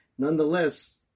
Nonetheless